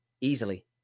easily